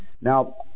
Now